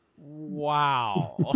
wow